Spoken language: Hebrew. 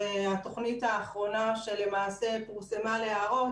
והתוכנית האחרונה שלמעשה פורסמה להערות,